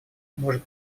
может